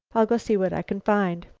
i'll go see what i can find.